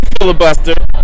filibuster